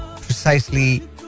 precisely